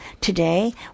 today